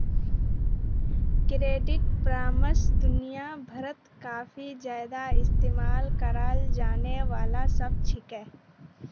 credit परामर्श दुनिया भरत काफी ज्यादा इस्तेमाल कराल जाने वाला शब्द छिके